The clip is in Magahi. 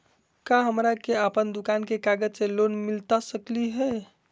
का हमरा के अपन दुकान के कागज से लोन मिलता सकली हई?